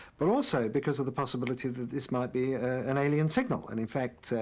but also because of the possibility that this might be and alien signal. and in fact,